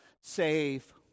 save